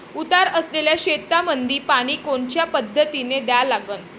उतार असलेल्या शेतामंदी पानी कोनच्या पद्धतीने द्या लागन?